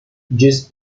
just